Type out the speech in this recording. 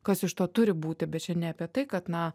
kas iš to turi būti bet čia ne apie tai kad na